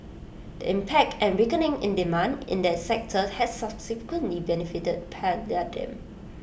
the impact and weakening in demand in that sector has subsequently benefited palladium